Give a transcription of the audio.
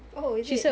oh is it